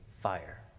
fire